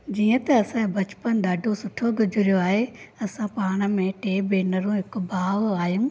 जीअं त असांजो बचपनु ॾाढो सुठो गुज़रियो आहे असां पाण में टे भेनरूं हिकु भाउ आहियूं